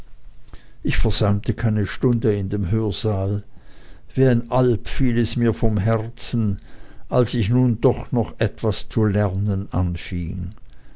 ich versäumte keine stunde in dem hörsaal wie ein alp fiel es mir vom herzen als ich nun doch noch etwas zu lernen